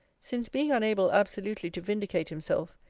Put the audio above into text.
since being unable absolutely to vindicate himself,